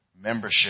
membership